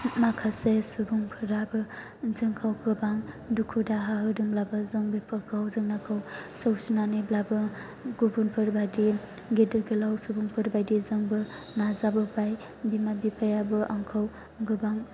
माखासे सुबुंफोराबो जोंखौ गोबां दुखु दाहा होदोंब्लाबो जों बेफोरखौ जेंनाखौ सौसिनानैब्लाबो गुबुनफोरबादि गेदेर गोलाव सुबुंफोरबायदि जोंबो नाजाबोबाय बिमा बिफायाबो आंखौ गोबां